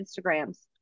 Instagrams